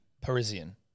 Parisian